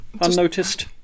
Unnoticed